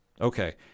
okay